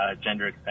gender